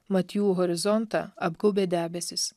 mat jų horizontą apgaubė debesys